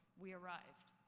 we arrived.